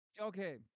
Okay